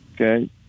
Okay